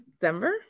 Denver